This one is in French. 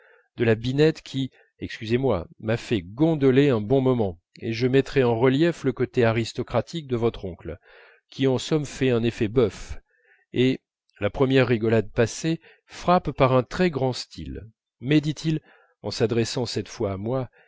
de la binette qui excusez-moi m'a fait gondoler un bon moment et je mettrais en relief le côté aristocratique de votre oncle qui en somme fait un effet bœuf et la première rigolade passée frappe par un très grand style mais dit-il en s'adressant cette fois à moi